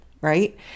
right